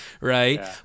right